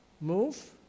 move